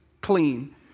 clean